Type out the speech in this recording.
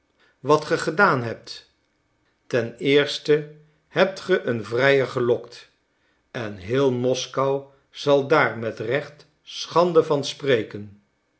wat ge gedaan hebt ten eerste hebt ge een vrijer gelokt en heel moskou zal daar met recht schande van spreken